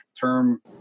term